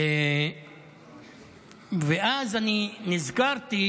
ואז אני נזכרתי